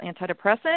antidepressant